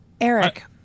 Eric